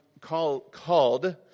called